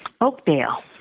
Oakdale